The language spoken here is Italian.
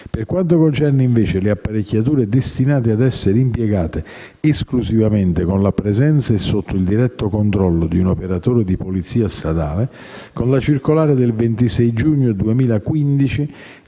Per quanto concerne, invece, le apparecchiature destinate ad essere impiegate esclusivamente con la presenza e sotto il diretto controllo di un operatore di polizia stradale, con circolare del 26 giugno 2015